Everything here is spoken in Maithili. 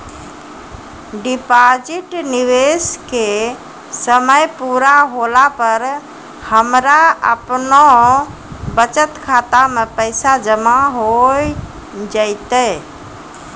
डिपॉजिट निवेश के समय पूरा होला पर हमरा आपनौ बचत खाता मे पैसा जमा होय जैतै?